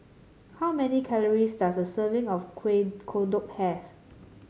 how many calories does a serving of Kuih Kodok have